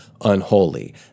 unholy